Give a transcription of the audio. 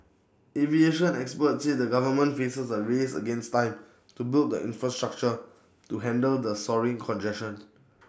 aviation experts say the government faces A race against time to build the infrastructure to handle the soaring congestion